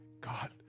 God